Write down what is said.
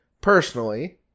Personally